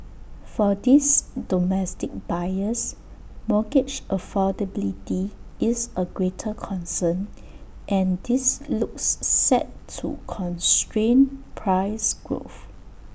for these domestic buyers mortgage affordability is A greater concern and this looks set to constrain price growth